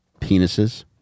penises